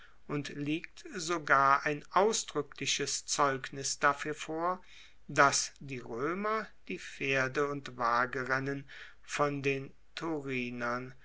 liegt sogar ein ausdrueckliches zeugnis dafuer vor dass die roemer die pferde und wagenrennen von den